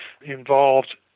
involved